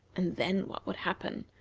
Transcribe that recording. and then what would happen?